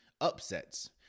upsets